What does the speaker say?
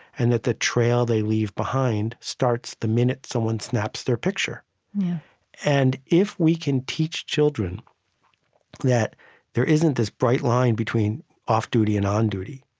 and that the trail they leave behind starts the minute someone snaps their picture and if we can teach children that there isn't this bright line between off duty and on duty,